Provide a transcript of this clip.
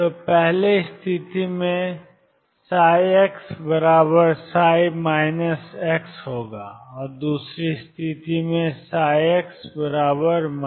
तो पहली स्थिति मेंxψ और दूसरी स्थिति में xψ